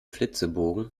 flitzebogen